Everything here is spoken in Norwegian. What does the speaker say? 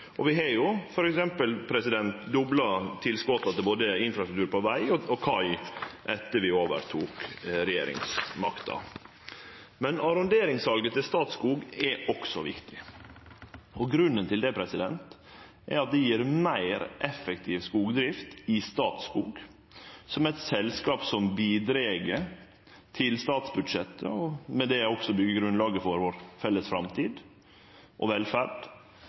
Vi har f.eks. dobla tilskotet til infrastruktur på både veg og kai etter at vi overtok regjeringsmakta. Men arronderingssalet til Statskog er også viktig. Grunnen til det er at det gjev ei meir effektiv skogsdrift i Statskog, som er eit selskap som bidrar til statsbudsjettet og med det også byggjer grunnlaget for vår felles framtid og velferd.